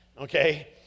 okay